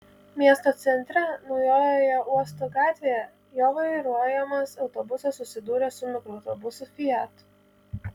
miesto centre naujojoje uosto gatvėje jo vairuojamas autobusas susidūrė su mikroautobusu fiat